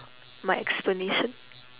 my explanation